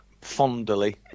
fondly